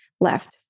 left